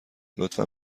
لطفا